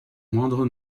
moindre